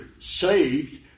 saved